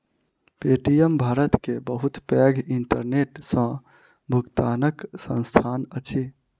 Paytm Bharat के बहुत पैघ इंटरनेट सॅ भुगतनाक संस्थान अछि